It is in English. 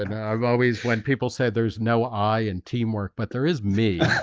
and i've always when people say there's no i in teamwork, but there is me